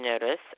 notice